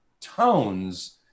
tones